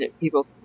people